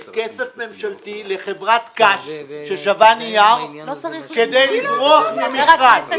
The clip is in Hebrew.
כסף ממשלתי לחברת קש ששווה נייר כדי לברוח ממכרז?